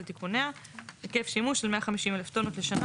על תיקוניה היקף שימוש של 150,000 טונות לשנה,